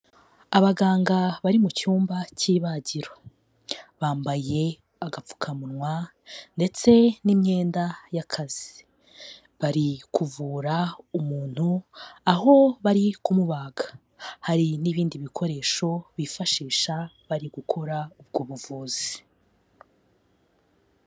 Abaganga bari mu cyumba cy'ibagiro bambaye agapfukamunwa, ndetse n'imyenda y'akazi, bari kuvura umuntu, aho bari kumubaga, hari n'ibindi bikoresho bifashisha bari gukora ubwo buvuzi.